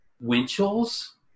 Winchell's